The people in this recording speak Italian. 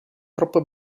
troppo